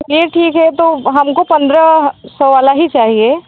यह ठीक है तो हम को पन्द्रह सौ वाला ही चाहिए